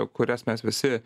kurias mes visi